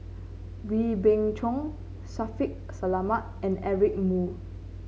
Wee Beng Chong Shaffiq Selamat and Eric Moo